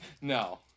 No